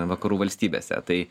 vakarų valstybėse tai